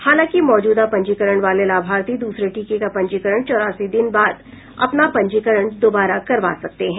हालांकि मौजूदा पंजीकरण वाले लाभार्थी दूसरे टीके का पंजीकरण चौरासी दिन बाद अपना पंजीकरण दोबारा करवा सकते हैं